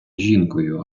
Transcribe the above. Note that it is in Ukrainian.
жінкою